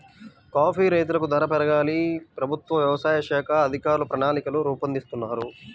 coffee రైతులకు ధర పెరిగేలా ప్రభుత్వ వ్యవసాయ శాఖ అధికారులు ప్రణాళికలు రూపొందిస్తున్నారు